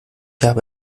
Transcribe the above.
habe